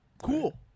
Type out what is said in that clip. cool